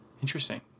Interesting